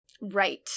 Right